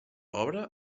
obra